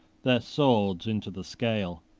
their swords into the scale.